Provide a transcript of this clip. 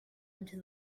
into